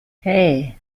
hey